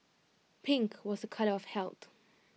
pink was A colour of health